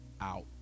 out